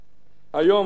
היום, אדוני היושב-ראש,